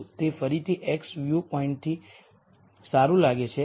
તે ફરીથી x view પોઇન્ટથી સારું લાગે છે